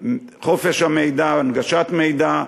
חופש המידע, הנגשת מידע,